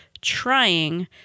Trying